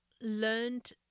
learned